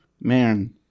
man